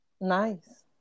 Nice